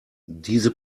diese